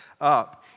up